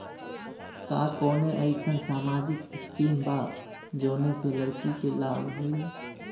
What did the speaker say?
का कौनौ अईसन सामाजिक स्किम बा जौने से लड़की के लाभ हो?